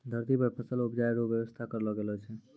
धरती पर फसल उपजाय रो व्यवस्था करलो गेलो छै